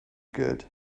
good